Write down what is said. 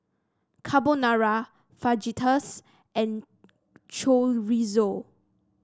Carbonara Fajitas and Chorizo